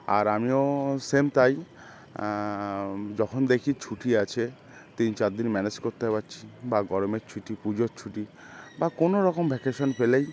আর আমিও সেম তাই যখন দেখি ছুটি আছে তিন চার দিন ম্যানেজ করতে পারছি বা গরমের ছুটি পুজোর ছুটি বা কোনো রকম ভ্যাকেশন পেলেই